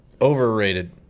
Overrated